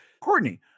Courtney